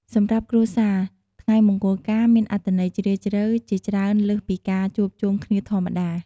សម្រាប់គ្រួសារ ថ្ងៃមង្គលការមានអត្ថន័យជ្រាលជ្រៅជាច្រើនលើសពីការជួបជុំគ្នាធម្មតា។